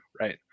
Right